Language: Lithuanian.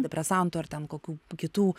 depresantų ar ten kokių kitų